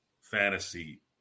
fantasy